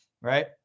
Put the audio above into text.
Right